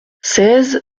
seize